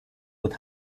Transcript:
und